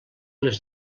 les